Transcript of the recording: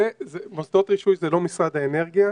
מוסדות רישוי זה לא משרד האנרגיה,